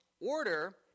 Order